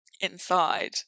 inside